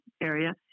area